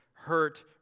Hurt